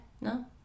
no